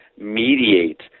mediate